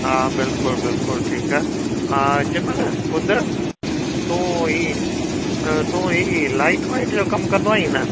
हा बिल्कुलु बिल्कुलु ठीकु आहे हा चिमन ॿुध तूं ही तूं ही लाइट वाइट जो कमु कंदो आहीं न